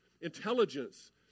intelligence